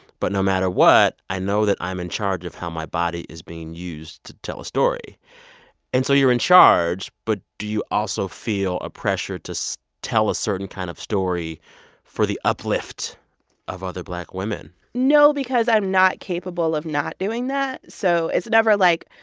but no matter what, i know that i'm in charge of how my body is being used to tell a story and so you're in charge, but do you also feel a pressure to so tell tell a certain kind of story for the uplift of other black women? no because i'm not capable of not doing that. so it's never like,